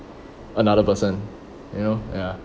another person you know ya